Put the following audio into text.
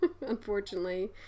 unfortunately